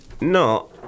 No